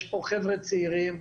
יש פה חבר'ה צעירים.